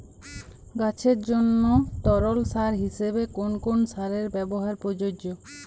গাছের জন্য তরল সার হিসেবে কোন কোন সারের ব্যাবহার প্রযোজ্য?